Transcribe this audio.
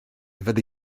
fyddi